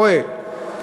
הרב של כפר-הרא"ה והסביבה,